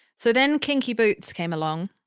so then kinky boots came along.